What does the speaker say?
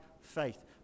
faith